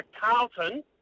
Carlton